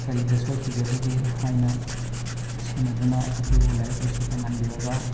ꯀꯔꯤꯗ ꯁꯣꯏꯈꯤꯒꯗꯒꯦ ꯍꯥꯏꯅ ꯁꯦꯟꯅꯗꯨꯅ ꯑꯩꯈꯣꯏꯕꯨ ꯂꯥꯏꯔꯤꯛ ꯂꯥꯏꯁꯨ ꯇꯝꯍꯟꯕꯤꯔꯒ